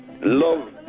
Love